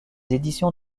éditions